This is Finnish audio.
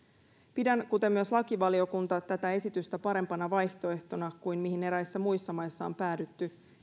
pidän kuten myös lakivaliokunta pitää tätä esitystä parempana vaihtoehtona kuin sitä mihin eräissä muissa maissa on päädytty